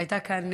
הייתה כאן